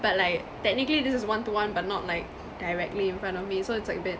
but like technically this is one to one but not like directly in front of me so it's like a bit